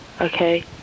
okay